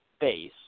base